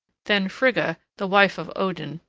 then frigga, the wife of odin,